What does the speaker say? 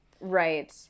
right